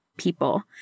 people